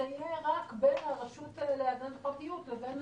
זה יהיה רק בין הרשות להגנת הפרטיות ובין